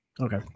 Okay